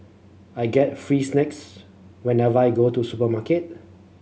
I get free snacks whenever I go to supermarket